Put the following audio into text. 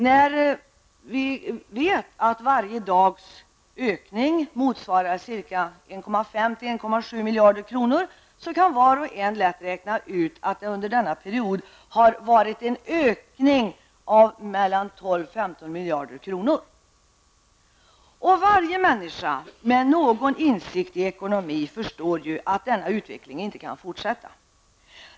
När vi vet att varje ökning med en dag motsvarar 1,5--1,7 miljarder kronor, kan var och en lätt räkna ut att ökningen under denna period har varit 12--15 miljarder kronor. Varje människa med någon insikt i ekonomi förstår ju att denna utveckling inte kan fortsätta.